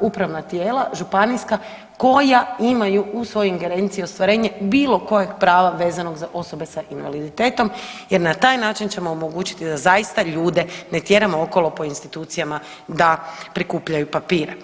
upravna tijela, županijska koja imaju u svojoj ingerenciji ostvarenje bilo kojeg prava vezano za osobe sa invaliditetom jer na taj način ćemo omogućiti da zaista ljude ne tjeramo okolo po institucijama da prikupljaju papire.